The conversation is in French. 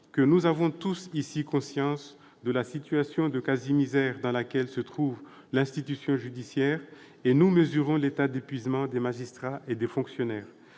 que nous avons tous ici conscience de la situation de quasi-misère dans laquelle se trouve l'institution judiciaire, et nous mesurons l'état d'épuisement des magistrats et des fonctionnaires.